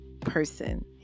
person